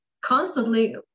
constantly